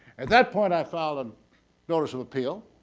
at that point i filed a notice of appeal